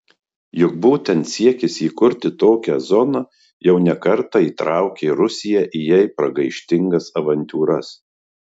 juk būtent siekis įkurti tokią zoną jau ne kartą įtraukė rusiją į jai pragaištingas avantiūras